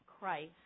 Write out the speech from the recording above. Christ